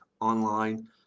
online